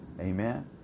Amen